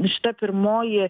šita pirmoji